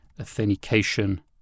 authentication